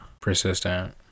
persistent